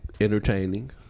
entertaining